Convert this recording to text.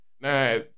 Now